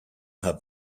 her